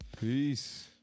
Peace